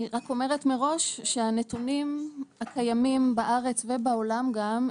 אני רק אומרת מראש שהנתונים הקיימים בארץ ובעולם גם,